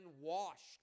washed